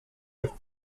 with